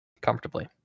comfortably